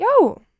Yo